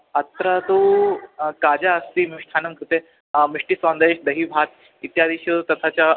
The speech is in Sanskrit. अत्र तु काजा अस्ति मिष्ठान्नं कृते मिष्टिक् सोन्दै दहीभात् इत्यादिषु तथा च